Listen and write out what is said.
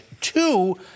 two